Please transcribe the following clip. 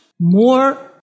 more